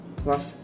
plus